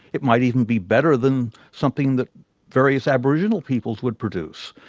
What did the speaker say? it might even be better than something that various aboriginal peoples would produce.